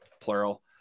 plural